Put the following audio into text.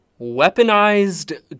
weaponized